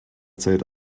zelt